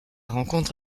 rencontre